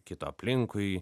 kito aplinkui